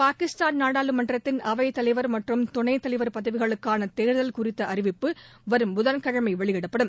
பாகிஸ்தான் நாடாளுமன்றத்தின் அவைத்தலைவர் மற்றும் துணைத் தலைவர் பதவிகளுக்கான தேர்தல் குறித்த அறிவிப்பு வரும் புதன் கிழமை வெளியிடப்படும்